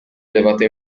elevata